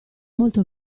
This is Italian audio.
molti